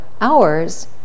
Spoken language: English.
hours